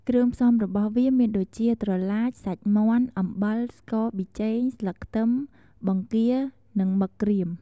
គ្រឿងផ្សំរបស់វាមានដូចជា ត្រឡាច សាច់មាន់ អំបិល ស្ករ ប៊ីចេង ស្លឹកខ្ទឹម បង្គារនិងមឹកក្រៀម។